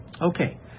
Okay